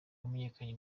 wamenyekanye